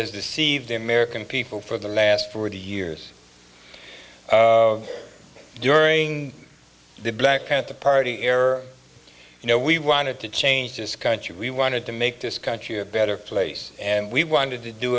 deceived the american people for the last forty years during the black panther party air you know we wanted to change this country we wanted to make this country a better place and we wanted to do